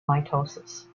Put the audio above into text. mitosis